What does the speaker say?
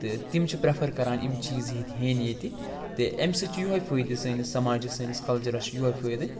تہٕ تِم چھِ پرٛٮ۪فر کَران یِم چیٖز ییٚتہِ ہیٚنۍ ییٚتہِ تہِ اَمہِ سۭتۍ چھُ یِہوٚے فٲیدٕ سٲنِس سماجس سٲنِس کلچَرس چھُ یِہوٚے فٲیدٕ